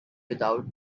without